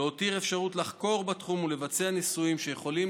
להותיר אפשרות לחקור בתחום ולבצע ניסויים שיכולים